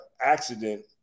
accident